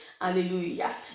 Hallelujah